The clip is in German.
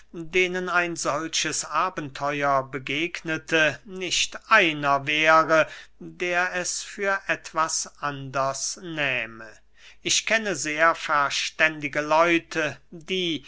denen ein solches abenteuer begegnete nicht einer wäre der es für etwas anders nähme ich kenne sehr verständige leute die